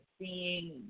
seeing